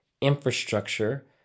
infrastructure